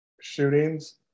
shootings